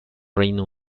reino